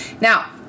now